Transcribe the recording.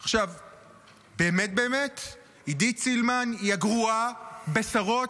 באמת באמת עידית סילמן היא הגרועה בשרות